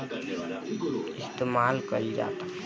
पौधा के बढ़ावे खातिर कई तरीका के रसायन इस्तमाल कइल जाता